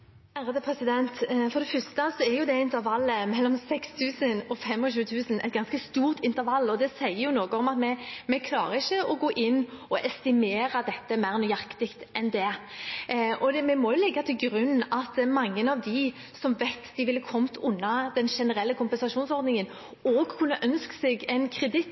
For det første er intervallet mellom 6 000 og 25 000 et ganske stort intervall, og det sier jo noe om at vi ikke klarer å gå inn og estimere dette mer nøyaktig enn det. Vi må legge til grunn at mange av dem som vet at de ville kommet under den generelle kompensasjonsordningen, også kunne ønsket seg en